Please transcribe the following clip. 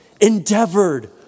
Endeavored